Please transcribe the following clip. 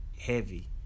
heavy